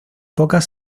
pocas